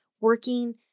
working